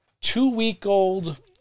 two-week-old